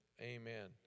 amen